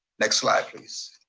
next slide please.